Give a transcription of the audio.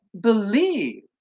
believe